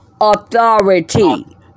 authority